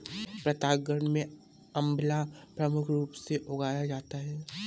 प्रतापगढ़ में आंवला प्रमुख रूप से उगाया जाता है